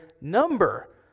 number